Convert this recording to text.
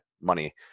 money